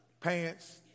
pants